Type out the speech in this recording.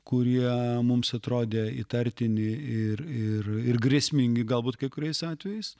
kurie mums atrodė įtartini ir ir ir grėsmingi galbūt kai kuriais atvejais